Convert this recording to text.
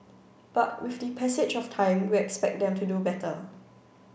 but with the passage of time we expect them to do better